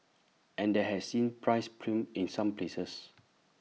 and that has seen prices plummet in some places